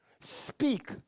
speak